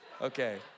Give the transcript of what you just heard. Okay